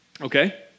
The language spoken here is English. Okay